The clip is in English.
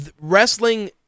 wrestling